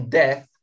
death